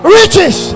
riches